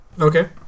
Okay